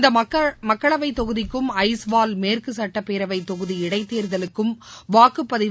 இந்த மக்களவை தொகுதிக்கும் ஐஸ்வால் மேற்கு சுட்டப்பேரவை தொகுதி இடைத்தேர்தலுக்கும் வாக்குப்பதிவு